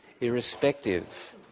irrespective